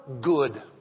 good